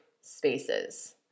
spaces